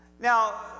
Now